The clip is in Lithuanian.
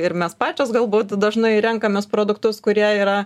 ir mes pačios galbūt dažnai renkamės produktus kurie yra